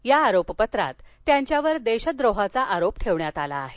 या आरोपपत्रात त्यांच्यावर देशद्रोहाचा आरोप ठेवण्यात आला आहे